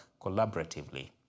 collaboratively